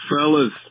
Fellas